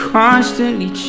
constantly